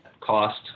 Cost